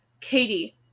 Katie